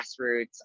grassroots